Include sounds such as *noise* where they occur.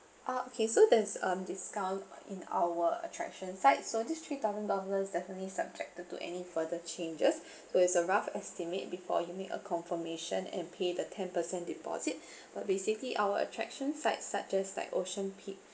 ah okay so there's um discount in our attraction site so this three thousand dollars definitely subjected to any further changes so it's a rough estimate before you make a confirmation and pay the ten percent deposit *breath* but basically our attraction site such as like ocean peak